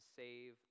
save